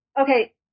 okay